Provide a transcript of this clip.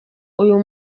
uyu